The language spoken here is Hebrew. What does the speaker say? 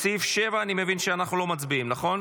סעיף 7, אני מבין שאנחנו לא מצביעים, נכון?